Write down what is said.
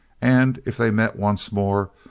and if they met once more,